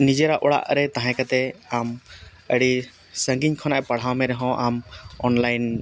ᱱᱤᱡᱮᱨᱟᱜ ᱚᱲᱟᱜ ᱨᱮ ᱛᱟᱦᱮᱸ ᱠᱟᱛᱮ ᱟᱢ ᱟᱹᱰᱤ ᱥᱟᱺᱜᱤᱧ ᱠᱷᱚᱱᱟᱜ ᱮ ᱯᱟᱲᱦᱟᱣ ᱢᱮ ᱨᱮᱦᱚᱸ ᱟᱢ ᱚᱱᱞᱟᱭᱤᱱ